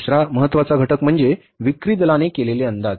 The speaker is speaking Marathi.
दुसरा महत्त्वाचा घटक म्हणजे विक्री दलाने केलेले अंदाज